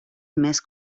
més